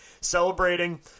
celebrating